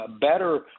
better